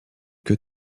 que